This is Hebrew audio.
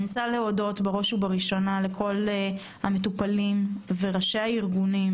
אני רוצה להודות בראש ובראשונה לכל המטופלים וראשי הארגונים,